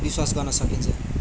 विश्वास गर्न सकिन्छ